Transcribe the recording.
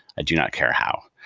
i do not care how.